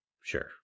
Sure